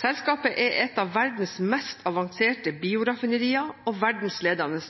Selskapet er et av verdens mest avanserte bioraffinerier og verdensledende